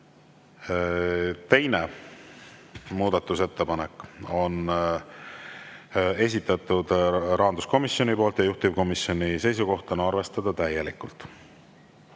Teine muudatusettepanek on esitatud rahanduskomisjoni poolt, juhtivkomisjoni seisukoht on arvestada täielikult.